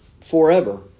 forever